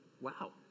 Wow